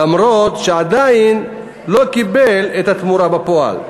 למרות שעדיין לא קיבלו את התמורה בפועל.